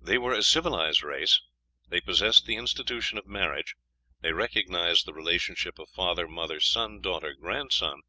they were a civilized race they possessed the institution of marriage they recognized the relationship of father, mother, son, daughter, grandson,